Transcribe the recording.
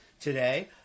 today